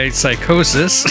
psychosis